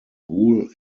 wool